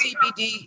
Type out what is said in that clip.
CBD